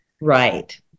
Right